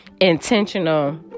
intentional